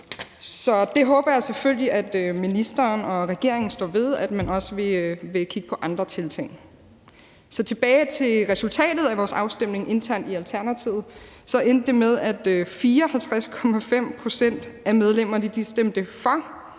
Så jeg håber selvfølgelig, at ministeren og regeringen står ved, at man også vil kigge på andre tiltag. Tilbage ved resultatet af vores afstemning internt i Alternativet endte det med, at 54,5 pct. af medlemmerne stemte for,